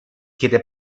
chiede